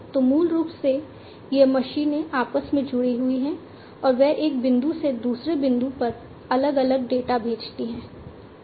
तो मूल रूप से ये मशीनें आपस में जुड़ी हुई हैं और वे एक बिंदु से दूसरे बिंदु पर अलग अलग डेटा भेजती हैं